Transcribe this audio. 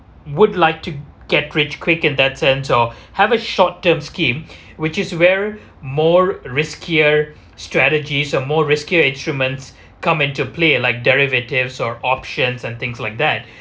would like to get rich quick in that sense or have a short term scheme which is where more riskier strategies or more riskier instruments come into play like derivatives or options and things like that